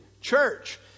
church